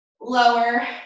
lower